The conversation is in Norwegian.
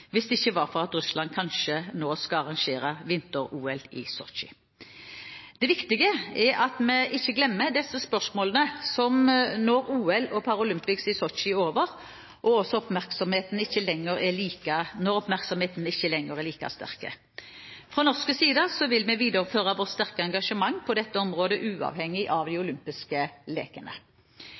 hvis det ikke var for at Russland skal arrangere vinter-OL i Sotsji. Det viktige er at vi ikke glemmer disse spørsmålene når OL og Paralympics i Sotsji er over og oppmerksomheten ikke lenger er like sterk. Fra norsk side vil vi videreføre vårt sterke engasjement på dette området uavhengig av olympiske